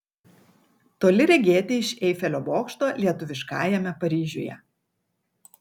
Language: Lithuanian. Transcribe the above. toli regėti iš eifelio bokšto lietuviškajame paryžiuje